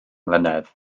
mlynedd